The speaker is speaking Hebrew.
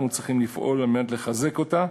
אנחנו צריכים לפעול על מנת לחזק אותה,